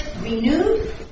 renewed